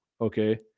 Okay